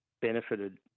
benefited